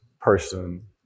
person